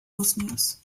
bosnios